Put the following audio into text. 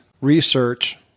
research